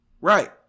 Right